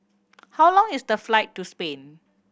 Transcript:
how long is the flight to Spain